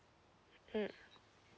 mm